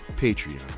patreon